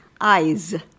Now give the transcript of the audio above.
eyes